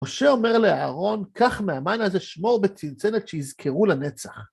משה אומר לאהרון, קח מהמן הזה שמור בצנצנת שיזכרו לנצח.